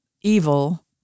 evil